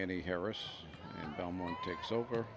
any harris belmont takes over